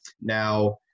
Now –